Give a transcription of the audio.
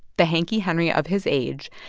the hanke-henry of his age,